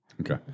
okay